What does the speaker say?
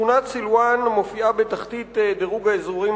שכונת סילואן מופיעה בתחתית דירוג האזורים